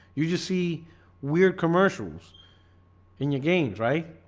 you just see weird commercials in your games, right?